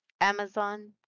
Amazon